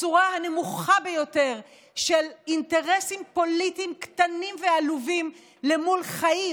הצורה הנמוכה ביותר של אינטרסים פוליטיים קטנים ועלובים למול חיים